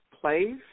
place